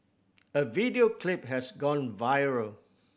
a video clip has gone viral